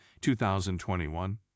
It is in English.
2021